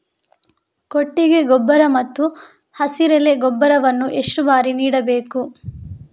ಕೊಟ್ಟಿಗೆ ಗೊಬ್ಬರ ಮತ್ತು ಹಸಿರೆಲೆ ಗೊಬ್ಬರವನ್ನು ಎಷ್ಟು ಬಾರಿ ನೀಡಬೇಕು?